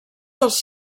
dels